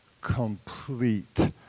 complete